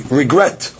regret